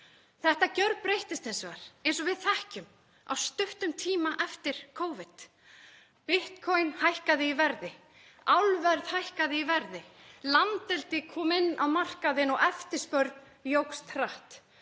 Þetta gjörbreyttist hins vegar, eins og við þekkjum, á stuttum tíma eftir Covid. Bitcoin hækkaði í verði, álverð hækkaði í verði, landeldi kom inn á markaðinn og eftirspurn jókst hratt.